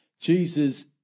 Jesus